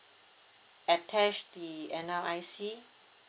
attach the N_R_I_C